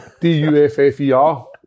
D-U-F-F-E-R